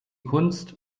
kunst